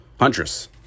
Huntress